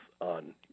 on